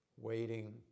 waiting